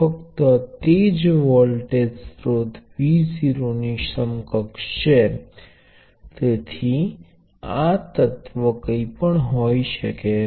અને ફરીથી હું આ સાબિત કરવા માંગુ છું પરંતુ તમે ખૂબ જ સરળતાથી તમારા માટે તે બહાર કાઢી શકો છો કે આ